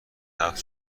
ثبت